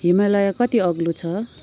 हिमालय कति अग्लो छ